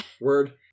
Word